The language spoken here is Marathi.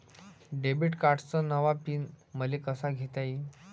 डेबिट कार्डचा नवा पिन मले कसा घेता येईन?